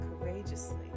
courageously